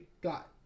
Got